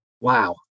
wow